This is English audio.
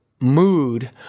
mood